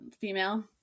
female